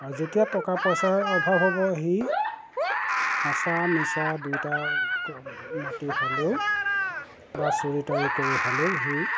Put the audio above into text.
আৰু যেতিয়া টকা পইচাৰ অভাৱ হ'ব হি সঁচা মিছা দুয়োটা মাতি হ'লেও বা চুৰি তাৰি কৰি হ'লেও সি